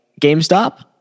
GameStop